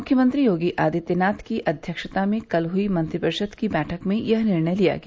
मुख्यमंत्री योगी आदित्यनाथ की अध्यक्षता में कल हुयी मंत्रिपरिषद की बैठक में यह निर्णय लिया गया